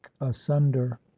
asunder